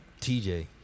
TJ